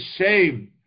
shame